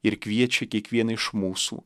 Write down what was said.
ir kviečia kiekvieną iš mūsų